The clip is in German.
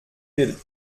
will